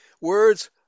words